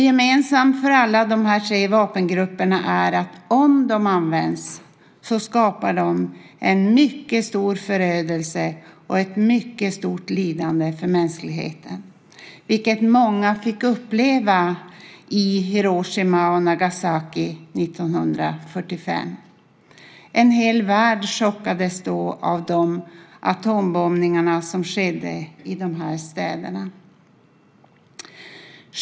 Gemensamt för alla dessa tre vapengrupper är att om de används skapar de stor förödelse och stort lidande för mänskligheten, vilket många fick uppleva i Hiroshima och Nagasaki 1945. En hel värld chockades då av de atombombningar som skedde i dessa städer.